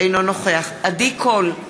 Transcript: אינו נוכח עדי קול,